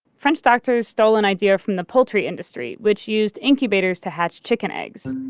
french doctors stole an idea from the poultry industry, which used incubators to hatch chicken eggs.